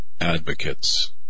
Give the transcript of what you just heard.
advocates